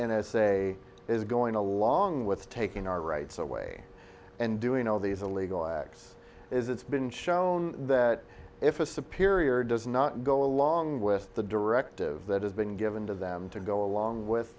is going along with taking our rights away and doing all these illegal acts is it's been shown that if a superior does not go along with the directive that has been given to them to go along with